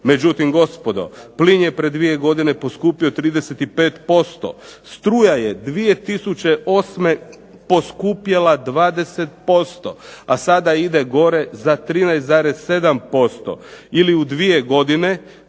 Međutim, gospodo, plin je pred 2 godine poskupio 35%, struja je 2008. poskupjela 20%, a sada ide gore za 13,7%. Ili u 2 godine